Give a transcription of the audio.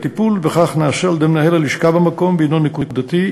הטיפול בכך נעשה על-ידי מנהל הלשכה במקום והנו נקודתי,